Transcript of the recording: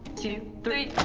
two, three!